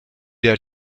der